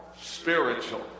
Spiritual